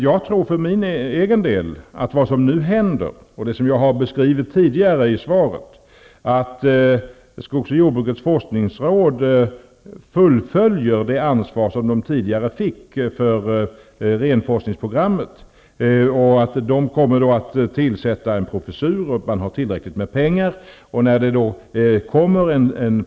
Jag har beskrivit tidigare i svaret att skogs och jordbrukets forskningsråd fullföljer det ansvar det tidigare fick för renforskningsprogrammet och att rådet kommer att tillsätta en professur. Det finns tillräckligt med pengar.